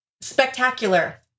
spectacular